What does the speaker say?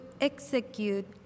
execute